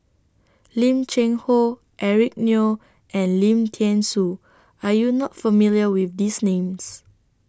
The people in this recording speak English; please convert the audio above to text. Lim Cheng Hoe Eric Neo and Lim Thean Soo Are YOU not familiar with These Names